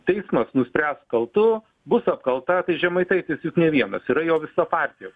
teismas nuspręs kaltu bus apkalta tai žemaitaitis juk ne vienas yra jo visa partija